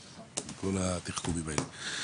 עם כל התחכומים האלה.